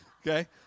Okay